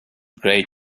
grey